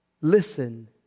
Listen